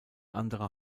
andere